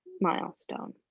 milestone